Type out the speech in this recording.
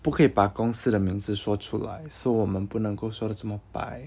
不可以把公司的名字说出来 so 我们不可以说得这么白